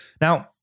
Now